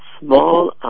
small